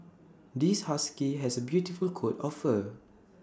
this husky has A beautiful coat of fur